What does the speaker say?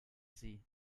sie